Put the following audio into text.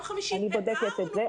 אני בודקת את זה.